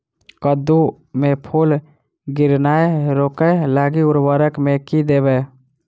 कद्दू मे फूल गिरनाय रोकय लागि उर्वरक मे की देबै?